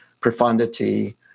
profundity